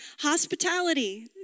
hospitality